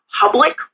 public